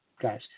guys